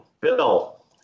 Bill